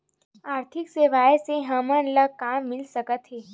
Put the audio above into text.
आर्थिक सेवाएं से हमन ला का मिल सकत हे?